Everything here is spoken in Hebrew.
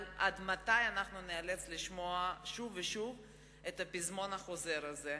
אבל עד מתי אנחנו ניאלץ לשמוע שוב ושוב את הפזמון החוזר הזה?